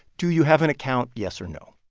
do you have an account yes or no?